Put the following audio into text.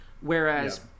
whereas